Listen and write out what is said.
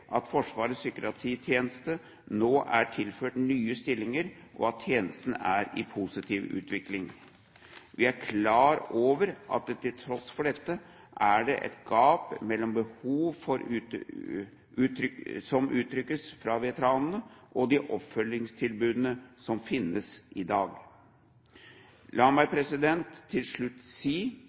at Forsvarets psykiatritjeneste nå er tilført nye stillinger, og at tjenesten er i positiv utvikling. Vi er klar over at det til tross for dette er et gap mellom behovet som uttrykkes fra veteranene, og de oppfølgingstilbudene som finnes i dag. La meg til slutt si